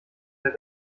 der